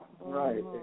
Right